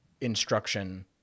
instruction